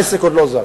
העסק עוד לא זז.